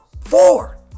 four